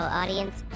audience